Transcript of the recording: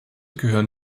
gehören